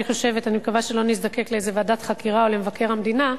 אני מקווה שלא נזדקק לאיזו ועדת חקירה או למבקר המדינה,